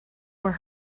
were